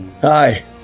hi